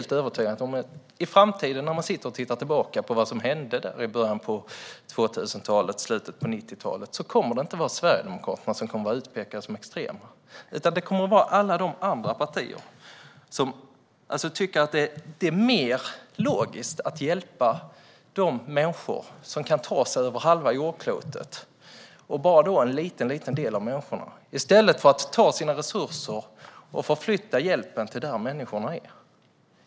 Jag är övertygad om att när man i framtiden tittar tillbaka på vad som hände i början av 2000-talet eller slutet på 1990-talet kommer det inte att vara Sverigedemokraterna som utpekas som extrema utan alla de partier som tycker att det är mer logiskt att hjälpa de människor som kan ta sig över halva jordklotet än att förflytta hjälpen och resurserna dit där människorna är.